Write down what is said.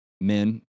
men